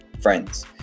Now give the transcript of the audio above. friends